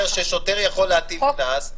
הנוסח אומר ששוטר יכול להטיל קנס,